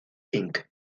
inc